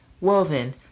woven